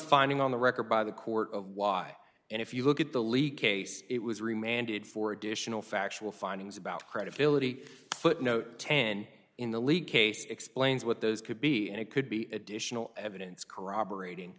finding on the record by the court of y and if you look at the leak case it was remanded for additional factual findings about credibility but no ten in the leak case explains what those could be and it could be additional evidence corroborat